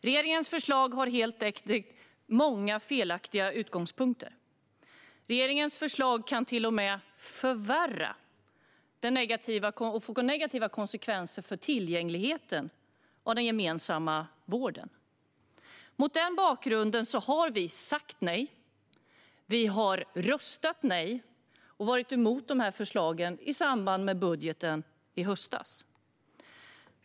Regeringens förslag har helt enkelt många felaktiga utgångspunkter. Regeringens förslag kan till och med förvärra läget och få negativa konsekvenser för tillgängligheten till den gemensamma vården. Mot den bakgrunden har vi sagt nej, röstat nej och varit emot de här förslagen i samband med budgetbehandlingen i höstas.